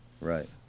Right